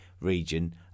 region